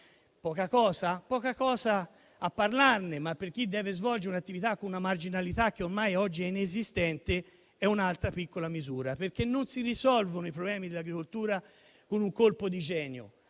poca cosa a parlarne, ma, per chi deve svolgere un'attività con una marginalità che ormai oggi è inesistente, è un'altra piccola misura. Non si risolvono i problemi dell'agricoltura con un colpo di genio,